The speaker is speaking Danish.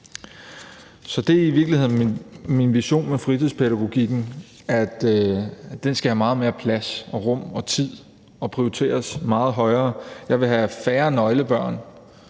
komme i sfo. Så min vision for fritidspædagogikken er virkeligheden, at den skal have meget mere plads, rum og tid og prioriteres meget højere. Jeg vil have færre nøglebørn,